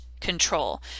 control